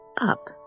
up